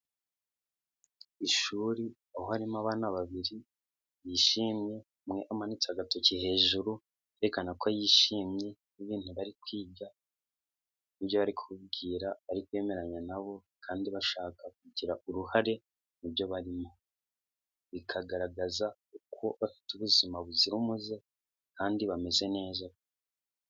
Ishuri aho harimo abana babiri bishimye, umwe amanitse agatoki hejuru yerekana ko yishimye n'ibintu bari kwiga n'ibyo bari kubibwira bari kwemeranya na bo kandi bashaka kugira uruhare mubyo barimo. Bikagaragaza uko bafite ubuzima buzira umuze kandi bameze neza.